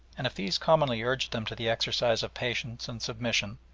and if these commonly urged them to the exercise of patience and submission,